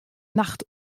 nacht